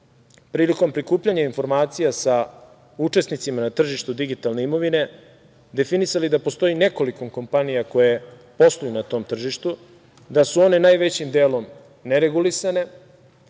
prilikom prikupljanja informacija sa učesnicima na tržištu digitalne imovine definisali da postoji nekoliko kompanija koje posluju na tom tržištu, da su one najvećim delom neregulisane